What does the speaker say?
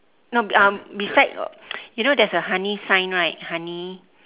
no uh beside you know there's a honey sign right honey